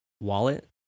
wallet